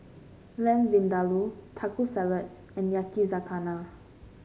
Lamb Vindaloo Taco Salad and Yakizakana